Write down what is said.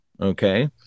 Okay